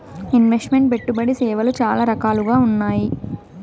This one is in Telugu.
ఇన్వెస్ట్ మెంట్ పెట్టుబడి సేవలు చాలా రకాలుగా ఉన్నాయి